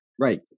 Right